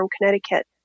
Connecticut